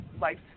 life